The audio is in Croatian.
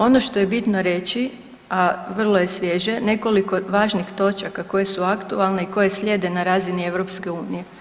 Ono što je bitno reći, a vrlo je svježe, nekoliko važnih točaka koje su aktualne i koje slijede na razini EU. točaka koje su aktualne i koje slijede na razini EU.